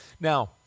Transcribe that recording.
Now